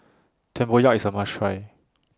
Tempoyak IS A must Try